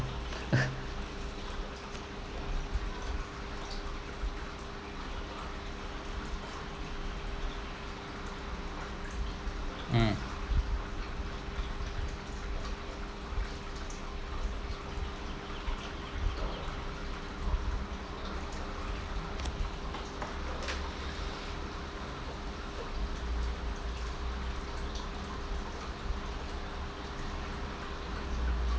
mm